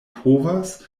povas